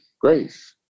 grace